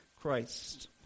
Christ